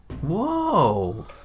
Whoa